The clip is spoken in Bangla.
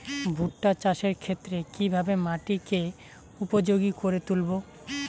ভুট্টা চাষের ক্ষেত্রে কিভাবে মাটিকে উপযোগী করে তুলবো?